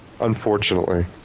Unfortunately